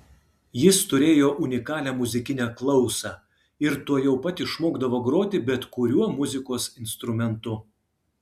jis turėjo unikalią muzikinę klausą ir tuojau pat išmokdavo groti bet kuriuo muzikos instrumentu